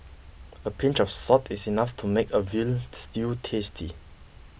a pinch of salt is enough to make a Veal Stew tasty